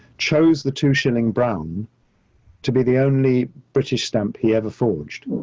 chose the two shilling brown to be the only british stamp he ever forged.